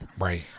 Right